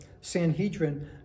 Sanhedrin